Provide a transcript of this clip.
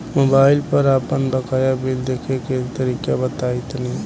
Mobile पर आपन बाकाया बिल देखे के तरीका बताईं तनि?